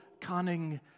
cunning